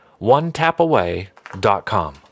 OneTapAway.com